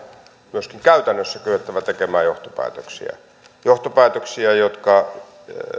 myöskin käytännössä kyettävä tekemään johtopäätöksiä johtopäätöksiä jotka